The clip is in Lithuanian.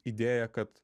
idėja kad